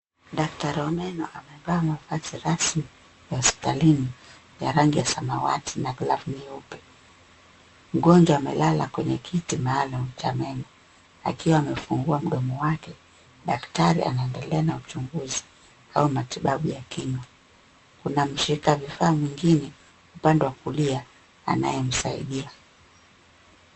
Daktari wa meno amevaa mavazi rasmi hospitani ya rangi ya samawati na glavu nyeupe. Mgonjwa amelala kwenye kiti maalum cha meno akiwa amefungua mdomo wake. Daktari anaendelea na uchunguzi au matibabu ya kinywa. Kuna mshika vifaa mwingine upande wa kulia anayemsaidia.